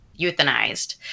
euthanized